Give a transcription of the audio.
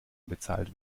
bezahlt